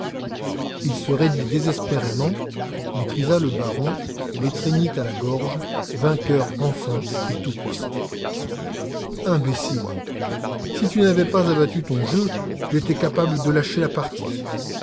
il se raidit désespérément maîtrisa le baron et l'étreignit à la gorge vainqueur enfin et tout-puissant imbécile si tu n'avais pas abattu ton jeu j'étais capable de lâcher la partie